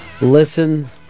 Listen